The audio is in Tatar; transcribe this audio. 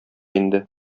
инде